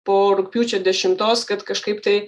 po rugpjūčio dešimtos kad kažkaip tai